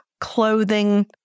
clothing